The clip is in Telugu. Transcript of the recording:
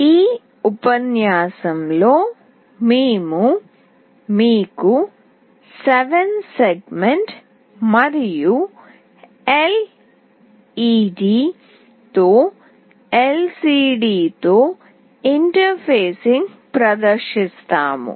ఈ ఉపన్యాసంలో మేము మీకు 7 సెగ్మెంట్ మరియు ఎల్ఇడి తో ఎల్సిడి తో ఇంటర్ఫేసింగ్ ప్రదర్శిస్తాము